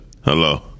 hello